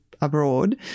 abroad